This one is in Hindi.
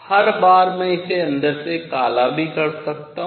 हर बार मैं इसे अंदर से काला भी कर सकता हूँ